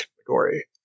category